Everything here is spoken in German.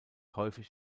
häufig